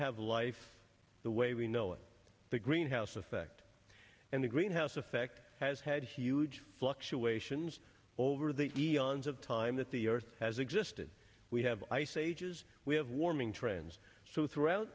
have life the way we know it the greenhouse effect and the greenhouse effect has had huge fluctuations over the eons of time that the earth has existed we have ice ages we have warming trends so throughout